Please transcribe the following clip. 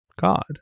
God